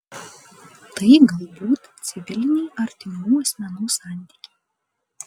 tai galbūt civiliniai artimų asmenų santykiai